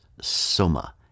soma